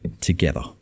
together